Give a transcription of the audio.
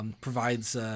Provides